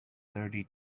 thirty